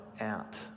out